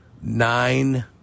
nine